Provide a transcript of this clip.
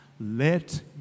Let